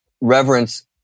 reverence